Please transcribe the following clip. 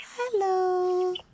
Hello